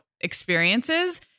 experiences